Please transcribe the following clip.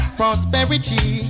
prosperity